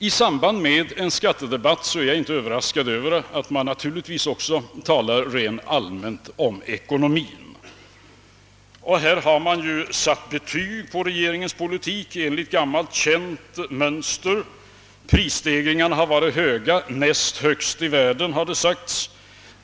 I samband med skattedebatten är jag inte överraskad över att man också talar rent allmänt om ekonomien. Och därvid har man satt betyg på regeringens politik enligt gammalt känt mönster: prisstegringarna har varit höga — näst högst i världen har det sagts.